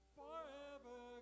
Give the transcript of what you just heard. forever